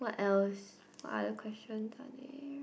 what else what other questions are there